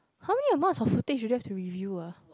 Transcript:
how many amounts of footage do they have to review ah